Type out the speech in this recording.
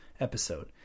episode